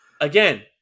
again